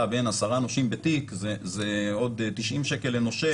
בין עשרה נושים בתיק זה עוד 90 שקל לנושה.